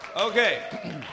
Okay